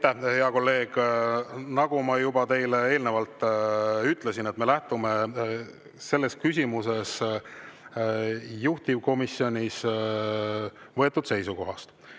hea kolleeg! Nagu ma teile juba eelnevalt ütlesin, me lähtume selles küsimuses juhtivkomisjonis võetud seisukohast.